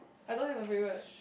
I don't have a favourite